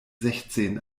sechzehn